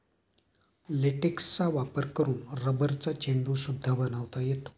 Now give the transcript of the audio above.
लेटेक्सचा वापर करून रबरचा चेंडू सुद्धा बनवता येतो